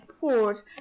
poured